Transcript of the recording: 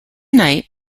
night